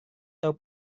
tahu